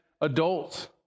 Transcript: adults